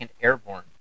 Airborne